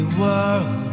world